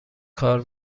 کار